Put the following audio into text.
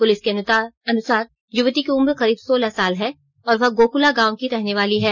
police के अनुसार युवती की उम्र करीब सोलह साल है और वह गोकला गांव की रहने वाली है